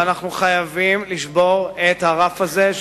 ואנחנו חייבים לשבור את הרף הזה,